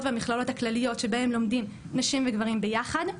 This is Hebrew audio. והמכללות הכלליות שבהם לומדים נשים וגברים ביחד,